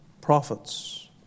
prophets